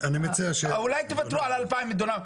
אולי תוותרו על אלפיים דונם?